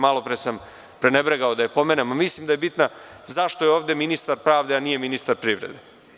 Malopre sam prenebregao da je pomenem, a mislim da je bitna - zašto je ovde ministar pravde, a nije ministar privrede?